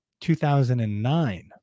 2009